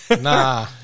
nah